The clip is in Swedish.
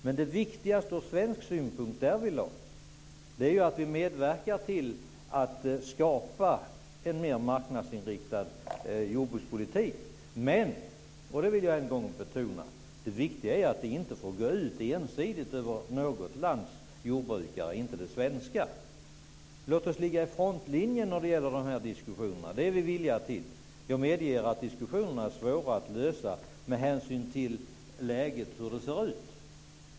Men det viktigaste ur svensk synpunkt därvidlag är att vi medverkar till att skapa en mer marknadsinriktad jordbrukspolitik. Men, och det vill jag än en gång betona, det viktiga är att det inte ensidigt får gå ut över något lands jordbrukare - de svenska. Låt oss ligga i frontlinjen i dessa diskussioner. Det är vi villiga att göra. Jag medger att problemen är svåra att lösa med hänsyn till läget.